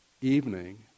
evening